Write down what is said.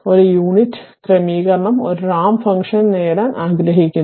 ഒരു യൂണിറ്റ് ക്രമീകരണം ഒരു റാമ്പ് ഫംഗ്ഷൻ നേടാൻ ആഗ്രഹിക്കുന്നു